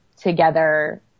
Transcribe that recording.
together